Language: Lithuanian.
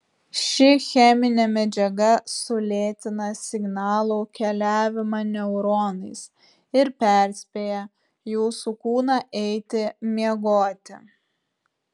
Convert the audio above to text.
ši cheminė medžiaga sulėtina signalų keliavimą neuronais ir perspėja jūsų kūną eiti miegoti